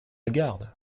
garde